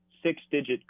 six-digit